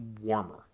warmer